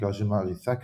נקרא על שם הארי סאקר,